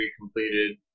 completed